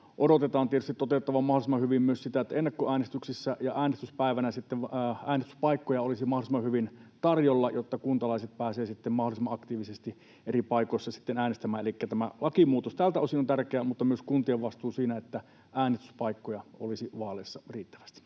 tietysti toteuttavan mahdollisimman hyvin sitä, että ennakkoäänestyksissä ja äänestyspäivänä sitten äänestyspaikkoja olisi mahdollisimman hyvin tarjolla, jotta kuntalaiset pääsevät mahdollisimman aktiivisesti eri paikoissa äänestämään. Elikkä tämä lakimuutos tältä osin on tärkeä, mutta niin on myös kuntien vastuu siinä, että äänestyspaikkoja olisi vaaleissa riittävästi.